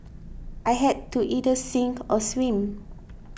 I had to either sink or swim